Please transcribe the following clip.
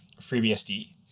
FreeBSD